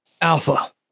Alpha